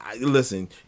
listen